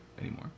anymore